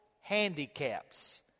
handicaps